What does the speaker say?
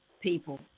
people